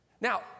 Now